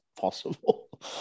possible